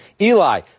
Eli